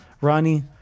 Ronnie